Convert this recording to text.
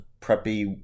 preppy